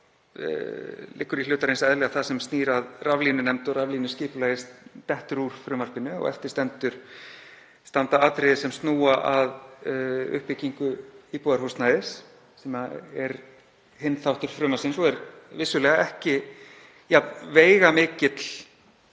Þá liggur í hlutarins eðli að það sem snýr að raflínunefnd og raflínuskipulagi dettur úr frumvarpinu og eftir standa atriði sem snúa að uppbyggingu íbúðarhúsnæðis, sem er annar þáttur frumvarpsins og er vissulega ekki jafn veigamikill